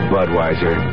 Budweiser